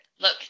Look